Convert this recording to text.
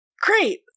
Great